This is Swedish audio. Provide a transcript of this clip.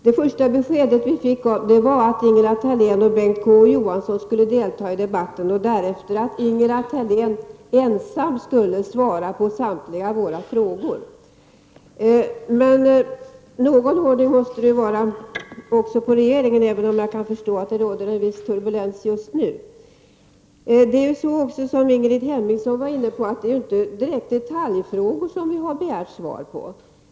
Det första beskedet vi fick var att Ingela Thalén och Bengt K Å Johansson skulle delta i debatten och därefter att Ingela Thalén ensam skulle svara på alla våra frågor. Men någon ordning måste det ju vara också i regeringen, även om jag förstår att det råder en viss turbulens just nu. Som Ingrid Hemmingsson var inne på är det inga detaljfrågor som vi har begärt svar på.